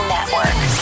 Network